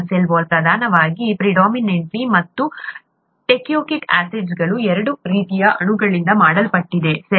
cell wall ಪ್ರಧಾನವಾಗಿ peptidoglycan ಮತ್ತು teichoic ಆಸಿಡ್'ಗಳು ಎಂಬ ಎರಡು ರೀತಿಯ ಅಣುಗಳಿಂದ ಮಾಡಲ್ಪಟ್ಟಿದೆ ಸರಿ